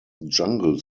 jungle